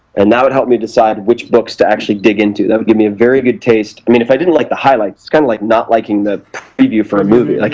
and that would help me decide which books to actually dig into, that would give me a very good taste. i mean, if i didn't like the highlights, it's kind of like not liking the preview for a movie, like